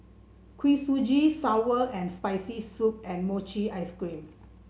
Kuih Suji sour and Spicy Soup and Mochi Ice Cream